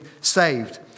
saved